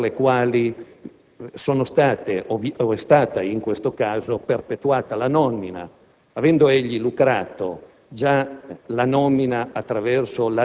Per quanto riguarda, invece, la vicenda del dottor Falco, credo di aver argomentato le ragioni per le quali